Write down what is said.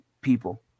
People